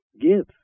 give